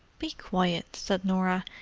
be quiet, said norah,